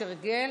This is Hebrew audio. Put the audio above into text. יש הרגל,